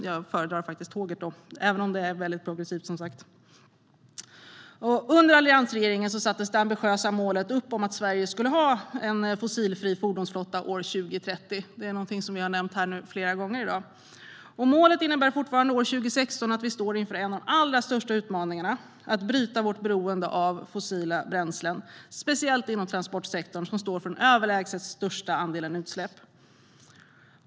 Då föredrar jag faktiskt tåget - även om det som sagt är ett väldigt progressivt förslag. Under alliansregeringen sattes det ambitiösa målet upp att Sverige ska ha en fossilfri fordonsflotta år 2030. Det är någonting som har nämnts flera gånger här i dag. Målet innebär fortfarande, år 2016, att vi står inför en av våra allra största utmaningar: att bryta vårt beroende av fossila bränslen, särskilt inom transportsektorn som står för den överlägset största andelen utsläpp.